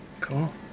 Cool